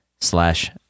slash